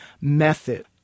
method